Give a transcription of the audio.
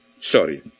Sorry